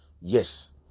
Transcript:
yes